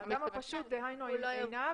האדם הפשוט, דהיינו עינב,